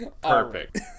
perfect